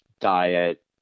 diet